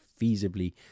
feasibly